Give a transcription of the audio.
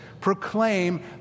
proclaim